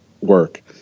work